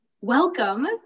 welcome